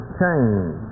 change